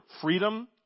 freedom